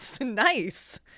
Nice